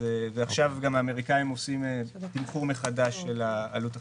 עכשיו האמריקנים עושים תמחור מחדש של העלות החיצונית.